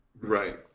right